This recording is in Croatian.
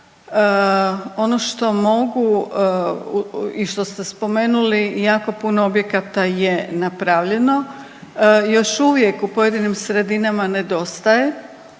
Ono što mogu i što ste spomenuli jako puno objekata je napravljeno. Još uvijek u pojedinim sredinama nedostaje.